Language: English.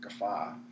Gaffa